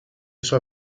hizo